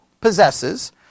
possesses